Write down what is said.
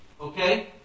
Okay